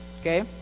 okay